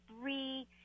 three